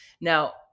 Now